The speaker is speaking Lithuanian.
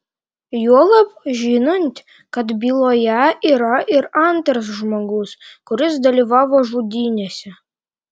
juolab žinant kad byloje yra ir antras žmogus kuris dalyvavo žudynėse